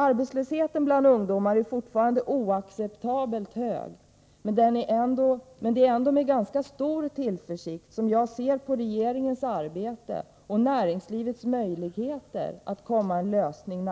Arbetslösheten bland ungdomar är fortfarande oacceptabelt hög, men det är ändå med ganska stor tillförsikt jag ser på regeringens arbete och näringslivets möjligheter att komma närmare en lösning.